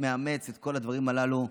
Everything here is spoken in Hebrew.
הוא מאמץ את כל הדברים הללו,